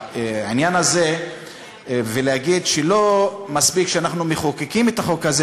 העניין הזה ולהגיד שלא מספיק שאנחנו מחוקקים את החוק הזה,